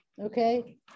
Okay